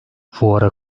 fuara